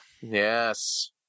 Yes